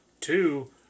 Two